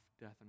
death